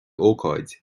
ócáid